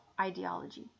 ideology